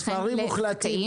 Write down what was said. במספרים מוחלטים.